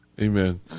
Amen